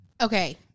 Okay